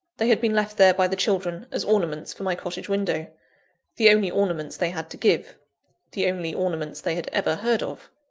they had been left there by the children, as ornaments for my cottage window the only ornaments they had to give the only ornaments they had ever heard of.